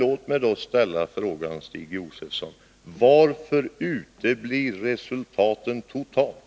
Låt mig då, Stig Josefson, ställa frågan: Varför uteblir resultaten totalt?